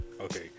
Okay